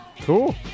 Cool